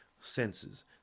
Senses